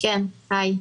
תודה רבה,